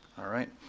alright.